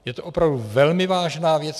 Je to opravdu velmi vážná věc.